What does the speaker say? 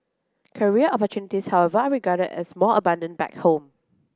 career opportunities however are regarded as more abundant back home